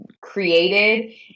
created